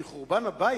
כי חורבן הבית